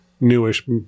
newish